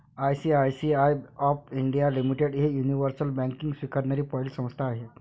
ICICI of India limited ही universal banking स्वीकारणारी पहिली संस्था आहे